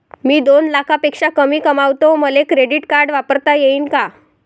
मी दोन लाखापेक्षा कमी कमावतो, मले क्रेडिट कार्ड वापरता येईन का?